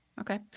okay